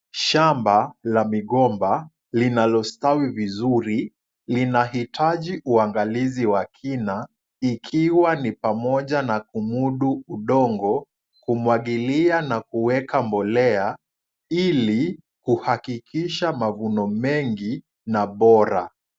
Shamba la migomba linalostawi vizuri linahitaji uangalizi wa kina ikiwa ni pamoja na kumudu udongo, kumwagilia na kuweka mbolea, ili kuhakikisha mavuno mengi na bora.